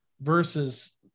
versus